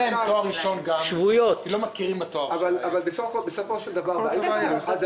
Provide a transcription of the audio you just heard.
צריך פה לאכוף את